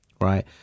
Right